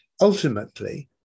Ultimately